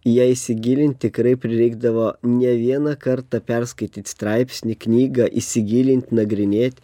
į ją įsigilinti tikrai prireikdavo ne vieną kartą perskaityt straipsnį knygą įsigilint nagrinėt